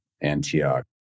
Antioch